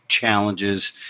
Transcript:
challenges